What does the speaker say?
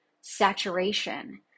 saturation